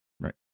Right